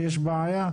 שישנה בעיה?